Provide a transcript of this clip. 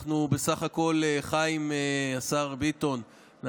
השר חיים ביטון,